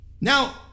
Now